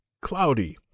cloudy